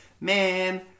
man